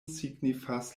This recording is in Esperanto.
signifas